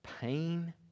Pain